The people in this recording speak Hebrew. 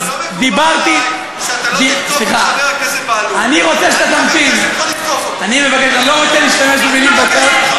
לא מקובל עלי שאתה לא תתקוף את חבר הכנסת בהלול.